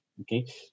Okay